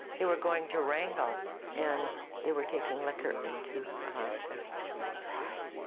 they were going to wrangell and they were taking liquor into alaska, which was dry.